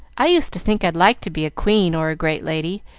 i used to think i'd like to be a queen or a great lady,